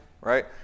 Right